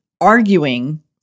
arguing